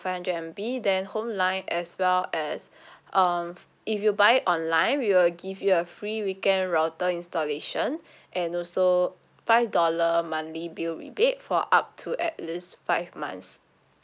five hundred M_B then home line as well as um if you buy online we will give you a free weekend router installation and also five dollar monthly bill rebate for up to at least five months